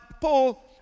Paul